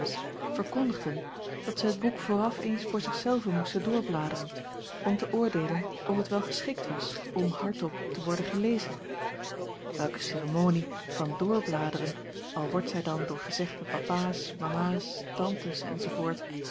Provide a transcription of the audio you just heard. verkondigden dat zij het boek vooraf eens voor zich zelve moesten doorbladeren om te oordeelen of het wel geschikt was om hardop te worden gelezen welke ceremonie van doorjacob van ennep laasje evenster al wordt zij dan door gezegde papaas mamaas tantes